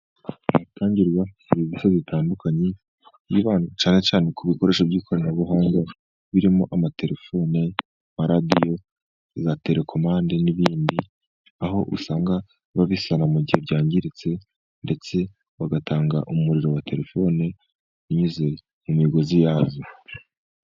Ahatangirwa serivisi zitandukanye, hibandwa cyane cyane ku bikoresho by'ikoranabuhanga birimo amatelefone , amaradiyo izatekwamande n'ibindi, aho usanga babisana mu gihe byangiritse ndetse bagatanga umuriro wa telefone binyuze mu migozi yazo.